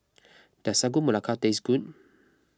does Sagu Melaka taste good